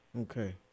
Okay